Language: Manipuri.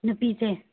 ꯅꯨꯄꯤꯁꯦ